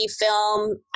film